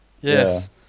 yes